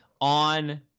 on